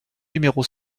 numéro